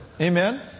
Amen